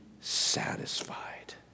satisfied